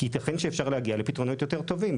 כי ייתכן שאפשר להגיע לפתרונות יותר טובים,